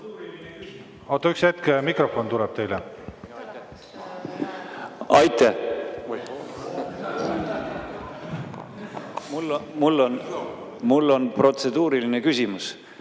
Aitäh! Mul on protseduuriline küsimus.